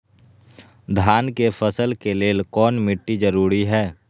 धान के फसल के लेल कौन मिट्टी जरूरी है?